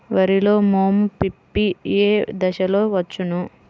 వరిలో మోము పిప్పి ఏ దశలో వచ్చును?